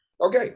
Okay